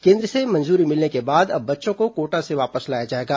केन्द्र से मंजूरी मिलने के बाद अब बच्चों को कोटा से वापस लाया जाएगा